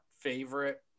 favorite